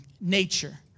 nature